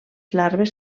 larves